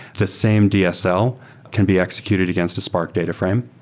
the same dsl can be executed against the spark data frame.